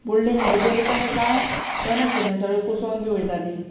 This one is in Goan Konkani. बुडलें म्हणटगीर तांकां कांय हें नाशिल्लें सगळें कुसोन बी वयतालीं